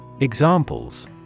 Examples